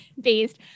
based